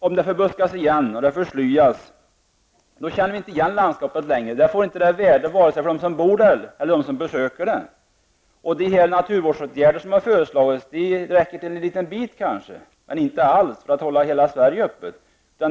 Om det förbuskas och förslyas känner vi inte längre igen landskapet, och det får inte samma värde vare sig för dem som bor där eller för dem som besöker det. De naturvårdsåtgärder som har föreslagits räcker kanske till en liten bit men inte alls för att hålla hela Sverige öppet.